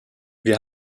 wir